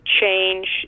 change